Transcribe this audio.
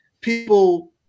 people